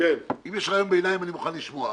אם יש רעיון ביניים אני מוכן לשמוע.